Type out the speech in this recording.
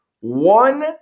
One